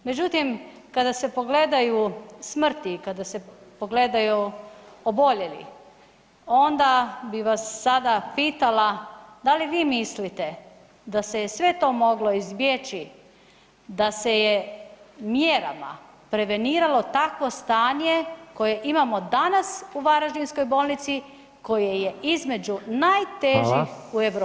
Međutim, kada se pogledaju smrti i kada se pogledaju oboljeli onda bi vas sada pitala da li vi mislite da se je sve to moglo izbjeći da se je mjerama preveniralo takvo stanje koje imamo danas u varaždinskoj bolnici koje je između najtežih u Europi?